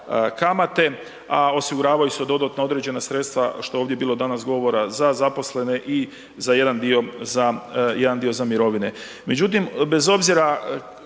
kamate, a osiguravaju se dodatno određena sredstva što je ovdje danas bilo govora za zaposlene i za jedan dio za jedan